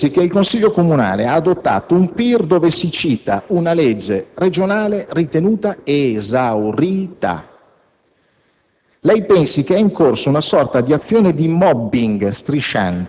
nel piano territoriale di coordinamento provinciale. Lei pensi che il Consiglio comunale ha adottato un PIR dove si cita una legge regionale ritenuta esaurita.